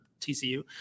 TCU